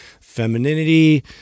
femininity